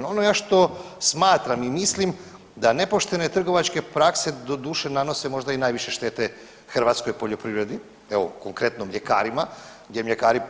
No, ono što ja smatram i mislim da nepoštene trgovačke prakse doduše nanose možda i najviše štete hrvatskoj poljoprivredi, evo konkretno mljekarima gdje mljekari